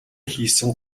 хийсэн